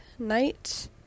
night